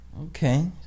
Okay